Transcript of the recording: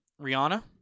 Rihanna